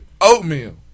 Oatmeal